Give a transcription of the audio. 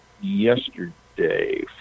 yesterday